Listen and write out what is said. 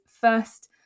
first